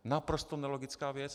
Naprosto nelogická věc.